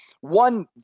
One